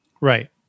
Right